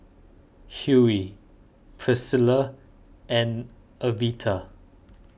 Hughey Pricilla and Evita